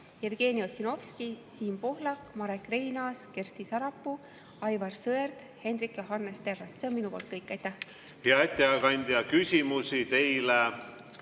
Jevgeni Ossinovski, Siim Pohlak, Marek Reinaas, Kersti Sarapuu, Aivar Sõerd ja Hendrik Johannes Terras. See on minu poolt kõik. Aitäh! Hea ettekandja, küsimusi teile